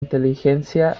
inteligencia